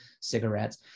cigarettes